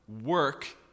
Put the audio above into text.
work